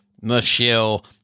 Michelle